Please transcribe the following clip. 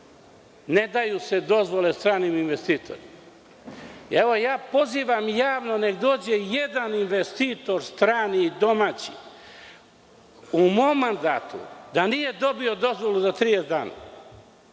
ne daju se dozvole stranim investitorima. Evo, ja pozivam javno nek dođe jedan investitor strani i domaći u mom mandatu da nije dobio dozvolu za 30 dana,